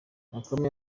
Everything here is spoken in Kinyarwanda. bakame